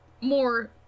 more